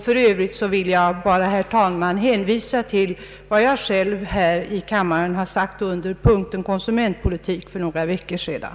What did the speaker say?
För övrigt vill jag, herr talman, bara hänvisa till vad jag har sagt här i kammaren om konsumentpolitiken för några veckor sedan.